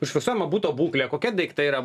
užfiksuojama buto būklė kokie daiktai yra